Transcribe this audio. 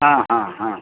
ह ह ह